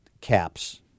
caps